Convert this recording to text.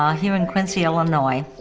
ah here in quincy illinois.